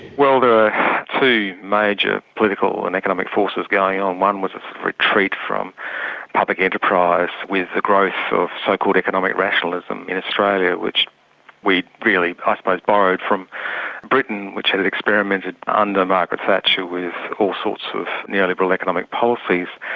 well there are two major political and economic forces going um one. one was a retreat from public enterprise with the growth of so-called economic rationalism in australia, which we really ah like borrowed from britain, which has experimented under margaret thatcher with all sorts of neo-economic policies.